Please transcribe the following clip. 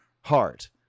heart